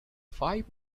five